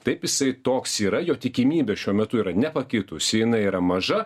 taip jisai toks yra jo tikimybė šiuo metu yra nepakitusi jinai yra maža